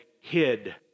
hid